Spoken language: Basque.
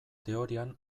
teorian